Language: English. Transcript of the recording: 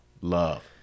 Love